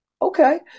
Okay